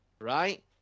right